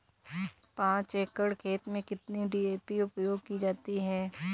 पाँच एकड़ खेत में कितनी डी.ए.पी उपयोग की जाती है?